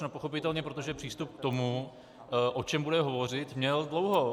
No pochopitelně, protože přístup k tomu, o čem bude hovořit, měl dlouho.